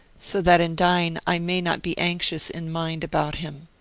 so that in dying i may not be anxious in mind about him